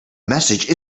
message